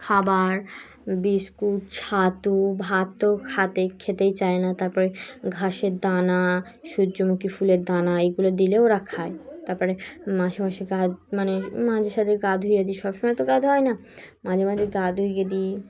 খাবার বিস্কুট ছাতু ভাততো খেতেই চায় না তারপরে ঘাসের দানা সূর্যমুখী ফুলের দানা এগুলো দিলেও ওরা খায় তারপরে মাঝে মাঝে গা মানে মাঝে সাঝে গা ধুয়ে দিই সব সমময় তো গা ধোয়া হয় না মাঝে মাঝে গা ধুইয়ে দিই